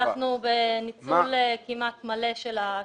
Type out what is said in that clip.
אנחנו בניצול כמעט מלא של התקציב.